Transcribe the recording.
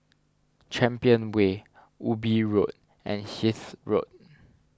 Champion Way Ubi Road and Hythe Road